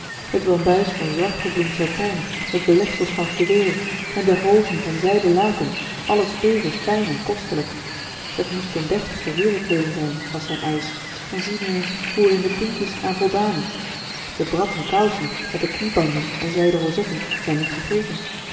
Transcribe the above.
het wambuis van zwart gebloemd satijn met belegsels van fluweel en de hozen van zijden laken alles even fijn en kostelijk het moest eene deftige heerenkleeding zijn was zijn eisch en zie nu eens hoe er in de puntjes aan voldaan is de bratten kousen met de kniebanden en zijden rosetten zijn niet vergeten